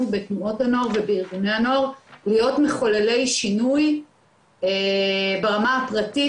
בתנועות הנוער ובארגוני הנוער להיות מחוללי שינוי ברמה הפרטית,